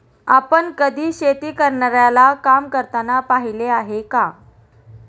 आपण कधी शेती करणाऱ्याला काम करताना पाहिले आहे का?